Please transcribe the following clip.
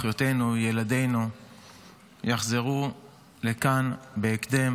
אחיותינו וילדינו יחזרו לכאן בהקדם,